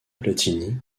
platini